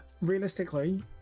realistically